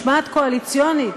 משמעת קואליציונית,